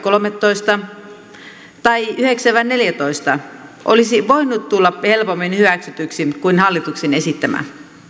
kolmetoista tai yhdeksän viiva neljätoista olisi voinut tulla helpommin hyväksytyksi kuin hallituksen esittämä